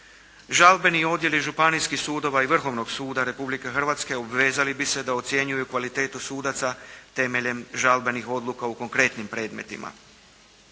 Žalbeni odjeli županijskih sudova i Vrhovnog suda Republike Hrvatske obvezali bi se da ocjenjuju kvalitetu sudaca temeljem žalbenih odluka u konkretnim predmetima.